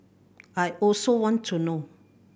I also want to know